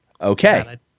Okay